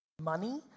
money